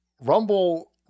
Rumble